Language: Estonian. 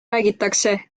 räägitakse